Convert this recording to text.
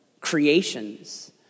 creations